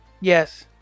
Yes